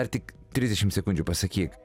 ar tik trisdešimt sekundžių pasakyk